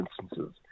instances